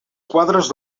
quadres